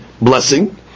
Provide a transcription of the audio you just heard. blessing